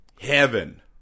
heaven